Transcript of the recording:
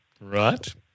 Right